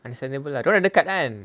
understandable lah dia orang dekat kan